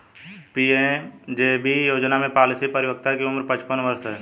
PMJJB योजना में policy परिपक्वता की उम्र पचपन वर्ष है